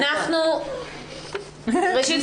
ראשית,